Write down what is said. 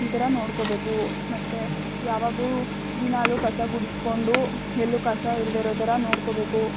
ಈ ಥರ ನೋಡ್ಕೋಬೇಕು ಮತ್ತು ಯಾವಾಗ್ಲೂ ದಿನಾಲು ಕಸ ಗುಡಿಸ್ಕೊಂಡು ಎಲ್ಲೂ ಕಸ ಇರದೆ ಇರೋ ಥರ ನೋಡ್ಕೋಬೇಕು